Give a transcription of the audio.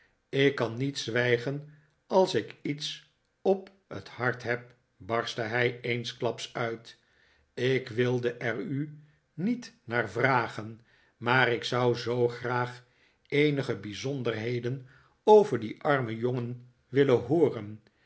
ik kan niet zwijgen als ik iets op het hart heb barstte hij eensklaps uit ik wilde er u niet naar vragen maar ik zou zoo graag eenige bijzonderheden over dien armen jongen willen hooren